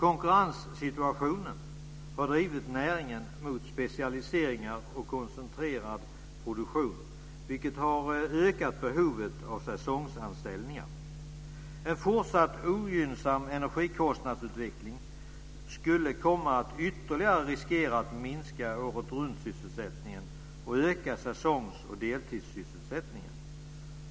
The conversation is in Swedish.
Konkurrenssituationen har drivit näringen mot specialiseringar och koncentrerad produktion, vilket har ökat behovet av säsongsanställningar.